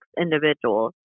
individuals